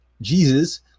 Jesus